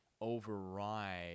override